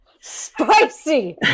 Spicy